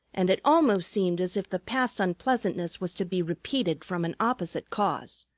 and it almost seemed as if the past unpleasantness was to be repeated from an opposite cause.